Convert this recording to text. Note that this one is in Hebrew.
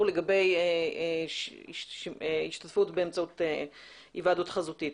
לגבי השתתפות באמצעות היוועדות חזותית.